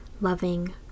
loving